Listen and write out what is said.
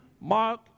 Mark